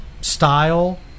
style